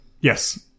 Yes